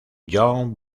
john